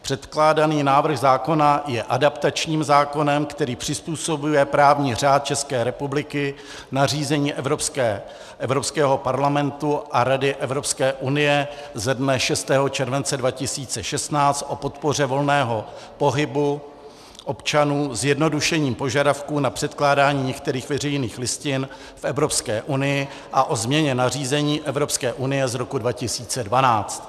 Předkládaný návrh zákona je adaptačním zákonem, který přizpůsobuje právní řád České republiky nařízení Evropského parlamentu a Rady Evropské unie ze dne 6. července 2016 o podpoře volného pohybu občanů zjednodušením požadavků na předkládání některých veřejných listin v Evropské unii a o změně nařízení Evropské unie z roku 2012.